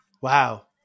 Wow